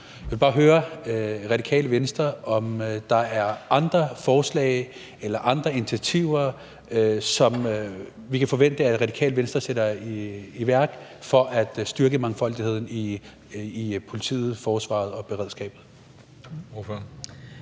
Jeg vil bare høre Radikale Venstre, om der er andre forslag eller andre initiativer, som vi kan forvente at Radikale Venstre sætter i værk for at styrke mangfoldigheden i politiet, forsvaret og beredskabet.